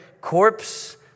corpse